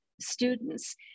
students